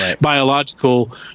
biological